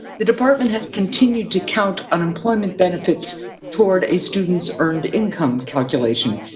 the department has continued to count unemployment benefits toward a student's earned income calculation,